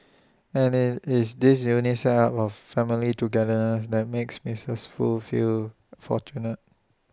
and IT it's this unique set up of family togetherness that makes misses Foo feel fortunate